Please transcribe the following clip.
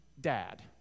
dad